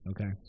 Okay